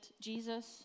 Jesus